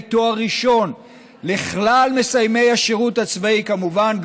תואר ראשון לכלל מסיימי השירות הצבאי" כמובן,